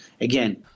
again